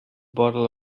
bottle